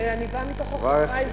ואני באה מתוך החברה האזרחית,